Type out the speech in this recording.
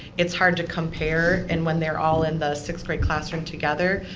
it's hard to compare and when they're all in the sixth grade classroom together,